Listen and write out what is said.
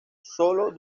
sólo